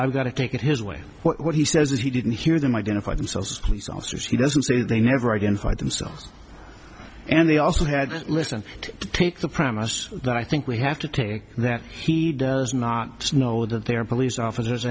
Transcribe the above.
i've got to take it his way what he says is he didn't hear them identify themselves police officers he doesn't say they never identified themselves and they also had to listen to take the premises that i think we have to take that he does not know that they are police officers